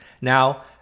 Now